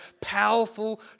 powerful